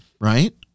right